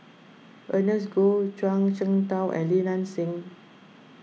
Ernest Goh Zhuang Shengtao and Li Nanxing